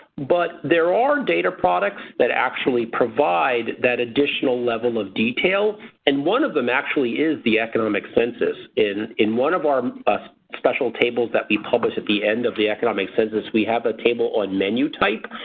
but there are data products that actually provide that additional level of detail and one of them actually is the economic census. in in one of our special tables that we publish at the end of the economic census we have a table on menu type.